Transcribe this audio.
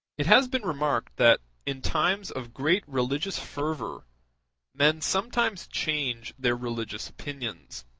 it has been remarked that in times of great religious fervor men sometimes change their religious opinions